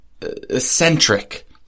eccentric